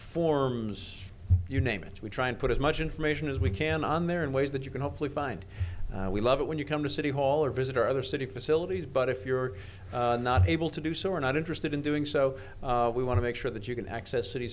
forms you name it we try and put as much information as we can on there in ways that you can hopefully find we love it when you come to city hall or visit our other city facilities but if you're not able to do so we're not interested in doing so we want to make sure that you can access city